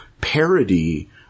parody